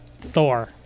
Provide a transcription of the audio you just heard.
Thor